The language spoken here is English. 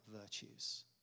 virtues